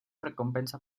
recompensa